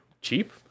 cheap